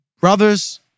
Brothers